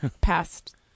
past